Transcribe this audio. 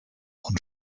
und